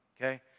okay